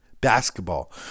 basketball